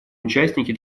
участники